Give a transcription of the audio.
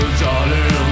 darling